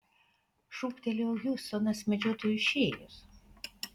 šūktelėjo hiustonas medžiotojui išėjus